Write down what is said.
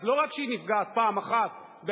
אז לא רק שהיא נפגעת פעם אחת בערוץ-10,